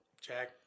jack